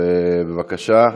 אז בבקשה.